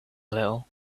little